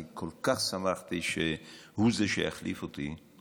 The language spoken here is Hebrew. אני כל כך שמחתי שהוא זה שיחליף אותי.